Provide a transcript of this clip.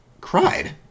cried